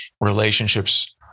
relationships